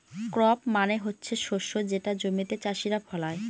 crop মানে হচ্ছে শস্য যেটা জমিতে চাষীরা ফলায়